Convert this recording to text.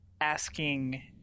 asking